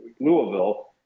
Louisville